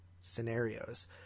scenarios